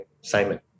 Simon